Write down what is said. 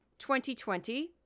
2020